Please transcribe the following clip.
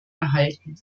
erhalten